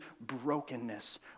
brokenness